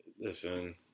Listen